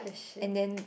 and then